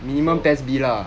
so